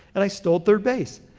and i stole third base.